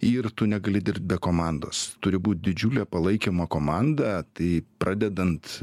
ir tu negali dirbt be komandos turi būt didžiulė palaikymo komanda tai pradedant